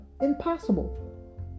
impossible